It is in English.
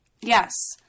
Yes